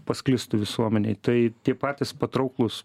pasklistų visuomenėj tai tie patys patrauklūs